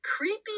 creepy